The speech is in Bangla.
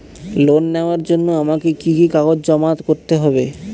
লোন নেওয়ার জন্য আমাকে কি কি কাগজ জমা করতে হবে?